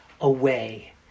away